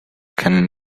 can